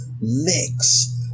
mix